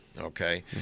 okay